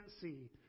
see